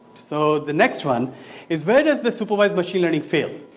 so the next one is where does the supervised machine learning fail?